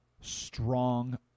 strong